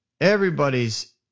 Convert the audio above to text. Everybody's